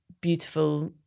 beautiful